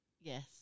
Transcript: Yes